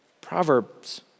Proverbs